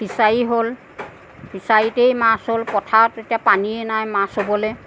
fishery হ'ল ফিচাৰিতেই মাছ হ'ল পথাৰত এতিয়া পানীয়ে নাই মাছ হ'বলৈ